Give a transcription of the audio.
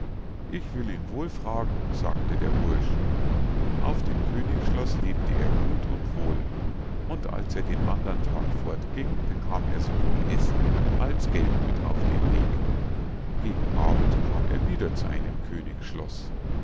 ich will ihn wohl fragen sagte der bursch auf dem königsschloß lebte er gut und wohl und als er den andern tag fortging bekam er sowohl essen als geld mit auf den weg gegen abend kam er wieder zu einem